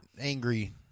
angry